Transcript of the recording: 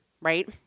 right